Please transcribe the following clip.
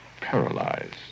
paralyzed